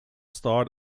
starred